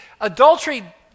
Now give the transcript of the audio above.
adultery